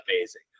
amazing